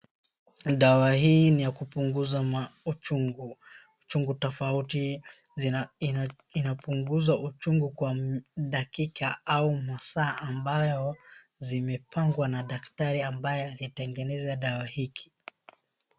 Dawa hii ni ya kupunguza uchungu. Uchungu tofauti inapunguza uchungu kwa dakika au masaa ambayo zimepangwa na daktari ambaye ametengeneza dawa hiki